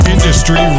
Industry